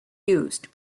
used